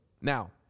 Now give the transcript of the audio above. Now